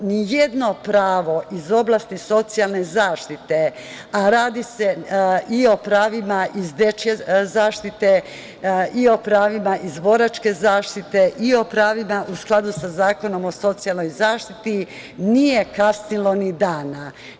Nijedno pravo iz oblasti socijalne zaštite, a radi se i o pravima iz dečije zaštite i o pravima iz boračke zaštite i o pravima u skladu sa Zakonom o socijalnoj zaštiti, nije kasnilo ni dana.